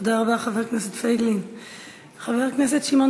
תודה רבה, חבר הכנסת פייגלין.